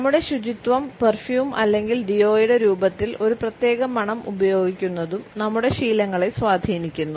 നമ്മുടെ ശുചിത്വവും പെർഫ്യൂം അല്ലെങ്കിൽ ഡിയോയുടെ രൂപത്തിൽ ഒരു പ്രത്യേക മണം ഉപയോഗിക്കുന്നതും നമ്മുടെ ശീലങ്ങളെ സ്വാധീനിക്കുന്നു